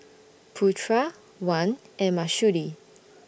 Putra Wan and Mahsuri